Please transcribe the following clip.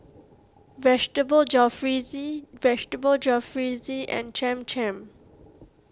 Vegetable Jalfrezi Vegetable Jalfrezi and Cham Cham